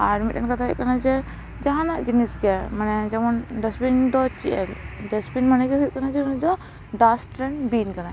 ᱟᱨ ᱢᱤᱫᱴᱮᱱ ᱠᱟᱛᱷᱟ ᱦᱩᱭᱩᱜ ᱠᱟᱱᱟ ᱡᱮ ᱡᱟᱦᱟᱸ ᱱᱟᱜ ᱡᱤᱱᱤᱥ ᱜᱮ ᱢᱟᱱᱮ ᱡᱮᱢᱚᱱ ᱰᱟᱥᱵᱤᱱ ᱫᱚ ᱰᱟᱥᱵᱤᱱ ᱢᱟᱱᱮ ᱜᱮ ᱦᱩᱭᱩᱜ ᱠᱟᱱᱟ ᱱᱩᱭᱫᱚ ᱰᱟᱥᱴ ᱨᱮᱱ ᱵᱤᱱ ᱠᱟᱱᱟᱭ